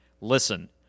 listen